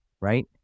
right